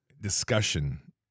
discussion